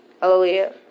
Hallelujah